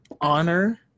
honor